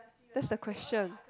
that's the question